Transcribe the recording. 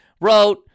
wrote